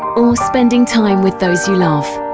or spending time with those you love.